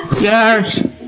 Yes